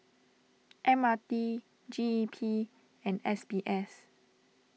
M R T G E P and S B S